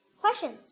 Questions